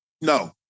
No